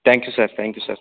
thank you sir thank you sir